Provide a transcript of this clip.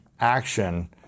action